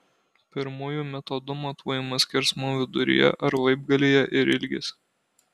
pirmuoju metodu matuojamas skersmuo viduryje ar laibgalyje ir ilgis